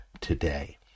today